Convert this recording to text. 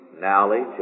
knowledge